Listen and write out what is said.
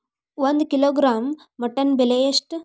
ಒಂದು kilogram mutton ಬೆಲೆ ಎಷ್ಟ್?